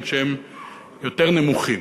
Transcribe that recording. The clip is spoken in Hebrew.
רק שהם יותר נמוכים.